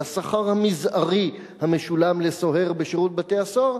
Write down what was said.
השכר המזערי המשולם לסוהר בשירות בתי-הסוהר.